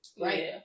Right